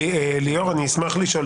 ליאור, אני אשמח לשאול.